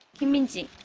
kim min-ji,